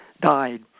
died